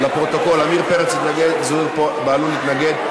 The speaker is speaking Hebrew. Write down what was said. לפרוטוקול, עמיר פרץ התנגד, זוהיר בהלול התנגד.